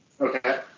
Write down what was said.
Okay